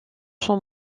son